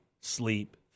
sleep